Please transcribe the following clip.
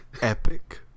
epic